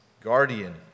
guardian